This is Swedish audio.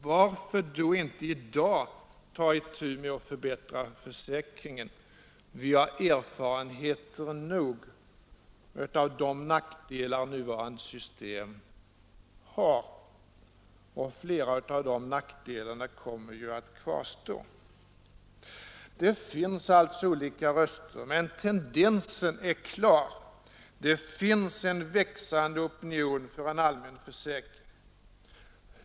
Varför då inte i dag ta itu med att förbättra försäkringen? Vi har erfarenheter nog av de nackdelar som nuvarande system har. Och flera av de nackdelarna kommer ju att kvarstå. Det finns alltså olika röster, men tendensen är klar: Det finns en växande opinion för en allmän försäkring.